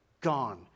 gone